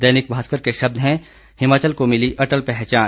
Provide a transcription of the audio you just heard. दैनिक भास्कर के शब्द हैं हिमाचल को मिली अटल पहचान